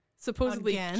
supposedly